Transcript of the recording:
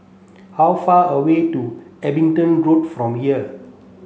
how far away to Abingdon Road from here